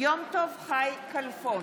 יום טוב חי כלפון,